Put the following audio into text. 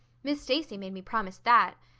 miss stacy made me promise that.